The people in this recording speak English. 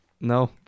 no